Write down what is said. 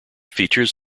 features